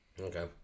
Okay